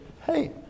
hey